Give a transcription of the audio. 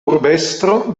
urbestro